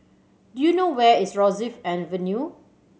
do you know where is Rosyth Avenue